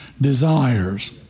desires